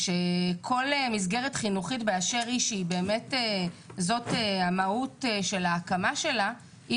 כל מסגרת חינוכית באשר היא שזאת המהות של ההקמה שלה,